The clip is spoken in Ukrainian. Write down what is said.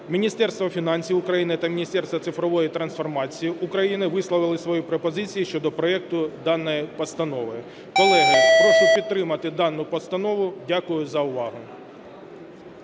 Міністерство фінансів України та Міністерство цифрової трансформації України висловили свої пропозиції щодо проекту даної постанови. Колеги, прошу підтримати дану постанову. Дякую за увагу.